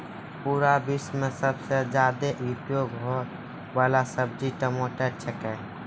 पूरा विश्व मॅ सबसॅ ज्यादा उपयोग होयवाला सब्जी टमाटर छेकै